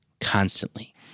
constantly